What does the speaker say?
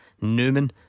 Newman